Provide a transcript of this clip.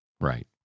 Right